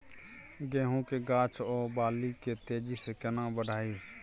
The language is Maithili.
गेहूं के गाछ ओ बाली के तेजी से केना बढ़ाइब?